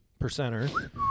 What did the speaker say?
percenter